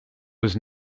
was